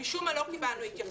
משום מה לא קיבלנו התייחסות.